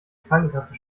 krankenkasse